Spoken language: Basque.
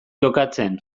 jokatzen